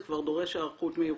זה כבר דורש היערכות מיוחדת.